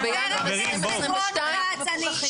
--- חבר הכנסת רון כץ,